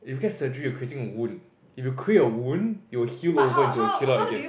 if get surgery creating a wound if you create a would you'll heal over into the keloid again